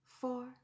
four